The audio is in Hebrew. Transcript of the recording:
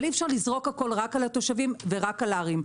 אבל אי אפשר לזרוק הכול רק על התושבים ורק על הערים.